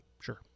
Sure